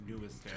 newest